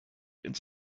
ins